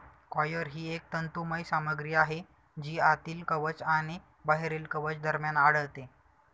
coir ही एक तंतुमय सामग्री आहे जी आतील कवच आणि बाहेरील कवच दरम्यान आढळते